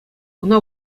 ӑна